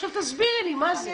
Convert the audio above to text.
עכשיו תסבירי לי מה זה.